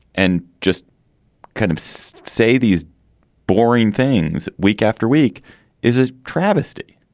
and just kind of say these boring things week after week is a travesty.